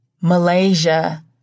Malaysia